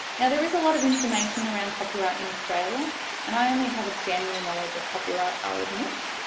now there is a lot of information around copyright in australia and i only have a general knowledge of copyright, i'll admit.